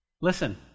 Listen